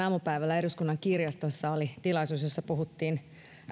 aamupäivällä eduskunnan kirjastossa oli tilaisuus jossa puhuttiin